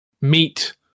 meat